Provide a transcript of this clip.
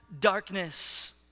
darkness